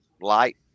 light